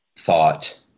thought